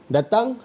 Datang